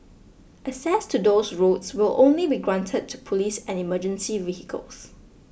access to those roads will only be granted to police and emergency vehicles